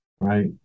Right